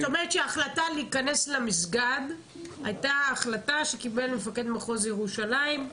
זאת אומרת שההחלטה להיכנס למסגד הייתה החלטה שקיבל מפקד מחוז ירושלים.